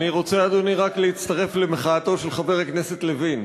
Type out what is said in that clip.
אני רוצה רק להצטרף למחאתו של חבר הכנסת לוין.